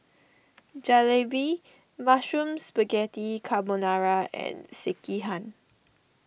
Jalebi Mushroom Spaghetti Carbonara and Sekihan